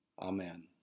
Amen